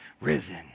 risen